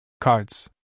Cards